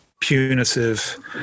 punitive